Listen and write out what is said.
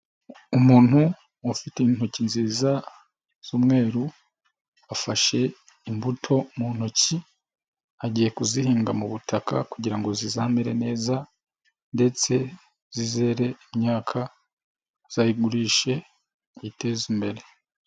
Umuntu ufite intoki nziza z'umweru, afashe imbuto mu ntoki agiye kuzihinga mu butaka kugira ngo zizamere neza ndetse zizere imyaka azayigurishe yiteze imbere.